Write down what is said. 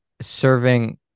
serving